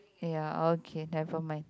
ya okay never mind